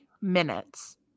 minutes